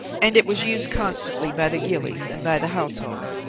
and it was used constantly by the ghillies and by the household.